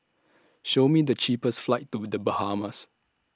Show Me The cheapest flights to The Bahamas